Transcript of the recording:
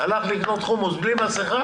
הלכת לקנות חומוס בלי מסכה.